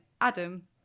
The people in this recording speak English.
Adam